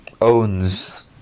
owns